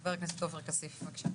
חבר הכנסת עופר כסיף בבקשה.